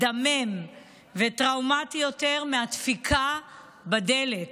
מדמם וטראומתי יותר מהדפיקה בדלת.